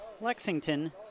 Lexington